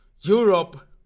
Europe